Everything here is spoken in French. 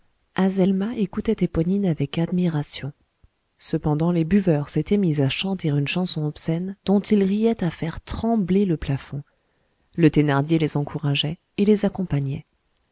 azelma écoutait éponine avec admiration cependant les buveurs s'étaient mis à chanter une chanson obscène dont ils riaient à faire trembler le plafond le thénardier les encourageait et les accompagnait